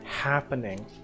happening